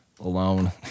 alone